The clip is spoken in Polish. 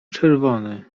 czerwony